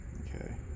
Okay